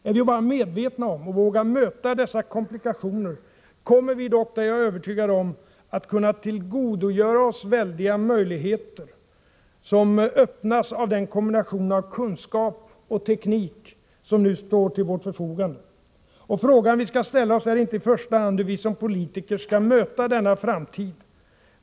Är vi bara medvetna om och vågar möta dessa komplikationer kommer vi dock, det är jag övertygad om, att kunna tillgodogöra oss de väldiga möjligheter som öppnas av den kombination av kunskap och teknik som nu står till vårt förfogande. Frågan vi skall ställa oss är inte i första hand hur vi som politiker skall möta denna framtid.